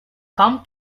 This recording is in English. come